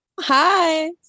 hi